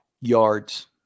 yards